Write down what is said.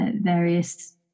various